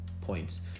points